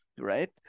Right